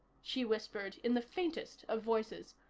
she whispered in the faintest of voices,